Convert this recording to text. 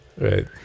Right